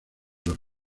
los